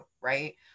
Right